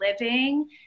living